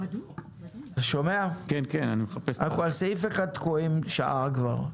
אנחנו על סעיף אחד תקועים שעה כבר,